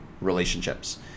relationships